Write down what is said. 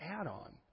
add-on